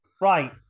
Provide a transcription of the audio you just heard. right